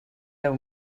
deu